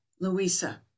Louisa